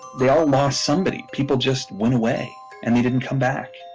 they all lost somebody. people just went away and they didn't come back.